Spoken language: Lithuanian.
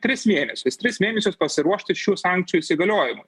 tris mėnesius tris mėnesius pasiruošti sankcijų įsigaliojimą